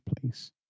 place